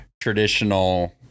traditional